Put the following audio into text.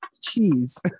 cheese